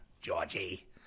Georgie